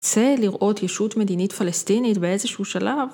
רוצה לראות ישות מדינית פלסטינית באיזשהו שלב?